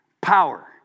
Power